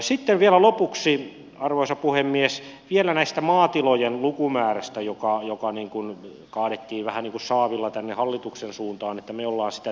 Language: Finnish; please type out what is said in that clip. sitten vielä lopuksi arvoisa puhemies vielä tästä maatilojen lukumäärästä joka kaadettiin vähän niin kuin saavilla tänne hallituksen suuntaan että me olemme sitä tehneet